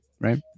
right